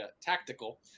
tactical